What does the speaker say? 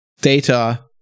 data